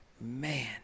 Man